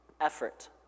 effort